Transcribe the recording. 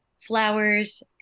flowers